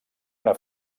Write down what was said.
una